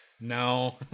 no